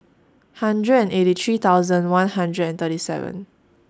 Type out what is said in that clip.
hundred and eighty three thousand one hundred and thirty seven